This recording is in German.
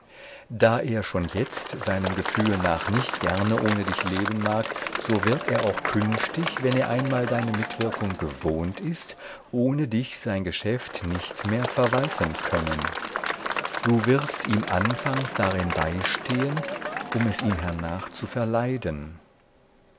da er schon jetzt seinem gefühl nach nicht gern ohne dich leben mag so wird er auch künftig wenn er einmal deine mitwirkung gewohnt ist ohne dich sein geschäft nicht mehr verwalten können du wirst ihm anfangs darin beistehen um es ihm hernach zu verleiden